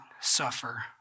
suffer